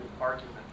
argument